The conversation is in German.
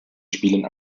spielen